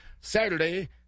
Saturday